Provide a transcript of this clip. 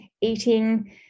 eating